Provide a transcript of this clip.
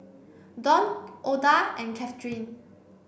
Dawn Ouida and Cathryn